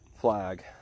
flag